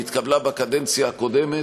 היא התקבלה בקדנציה הקודמת.